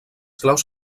claus